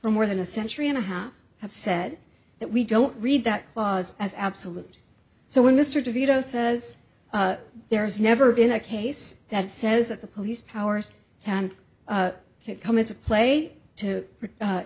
for more than a century and a half have said that we don't read that clause as absolute so when mr de vito says there has never been a case that says that the police powers can come into play to